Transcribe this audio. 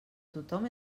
tothom